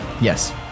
Yes